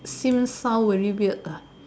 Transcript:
seems sound very weird ah